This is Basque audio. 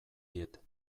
diet